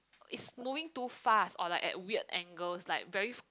is moving too fast or like at weird angles like very